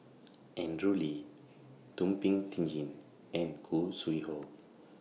Andrew Lee Thum Ping Tjin and Khoo Sui Hoe